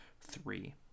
three